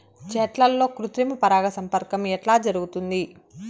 చెట్లల్లో కృత్రిమ పరాగ సంపర్కం ఎట్లా జరుగుతుంది?